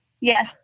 Yes